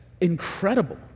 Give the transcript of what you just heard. incredible